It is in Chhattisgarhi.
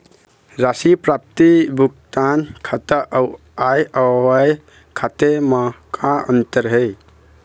राशि प्राप्ति भुगतान खाता अऊ आय व्यय खाते म का अंतर हे?